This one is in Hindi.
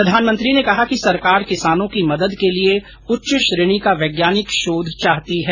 प्रधानमंत्री ने कहा कि सरकार किसानों की मदद के लिए उच्च श्रेणी का वैज्ञानिक शोध चाहती है